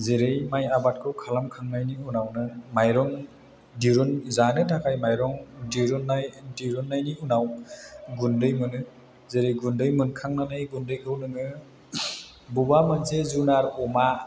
जेरै माय आबादखौ खालामखांनायनि उनावनो माइरं दिरुन जानो थाखाय माइरं दिरुननाय दिरुननायनि उनाव गुन्दै मोनो जेरै गुन्दै मोनखांनानै गुन्दैखौ नोङो बबा मोनसे जुनार अमा